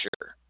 sure